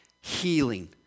healing